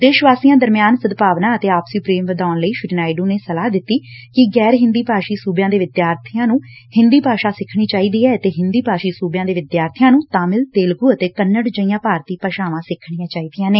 ਦੇਸ਼ ਵਾਸੀਆਂ ਦਰਮਿਆਨ ਸਦਭਾਵਨਾ ਅਤੇ ਆਪਸੀ ਪ੍ਰੇਮ ਵਧਾਉਣ ਲਈ ਸ੍ਰੀ ਨਾਇਡੂ ਨੇ ਸਲਾਹ ਦਿੱਤੀ ਕਿ ਗੈਰ ਹਿੰਦੀ ਭਾਸ਼ੀ ਸੂਬਿਆਂ ਦੇ ਵਿਦਿਆਰਥੀਆਂ ਨੂੰ ਹਿੰਦੀ ਭਾਸ਼ਾ ਸਿਖਣੀ ਚਾਹੀਦੀ ਐ ਅਤੇ ਹਿੰਦੀ ਭਾਸ਼ੀ ਸੁਬਿਆਂ ਦੇ ਵਿਦਿਆਰਬੀਆਂ ਨੂੰ ਤਾਮਿਲ ਤੇਲਰਾ ਅਤੇ ਕਨੱਤ ਜਿਹੀਆਂ ਭਾਰਤੀ ਭਾਸ਼ਾਵਾਂ ਸਿਖਣੀਆਂ ਚਾਹੀਦੀਆਂ ਨੇ